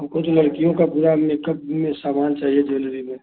हमको तो लड़कियों का पूरा मेकअप में सामान चाहिए ज्वेलरी में